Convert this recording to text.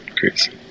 crazy